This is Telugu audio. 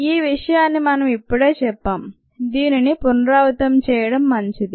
ఈ విషయాన్ని మనం ఇప్పుడే చెప్పాం దీనిని పునరావృతం చేయడం మంచిది